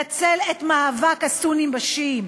נצל את מאבק הסונים בשיעים,